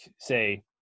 say